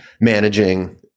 managing